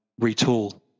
retool